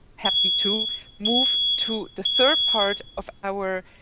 happy to move to the third part of our,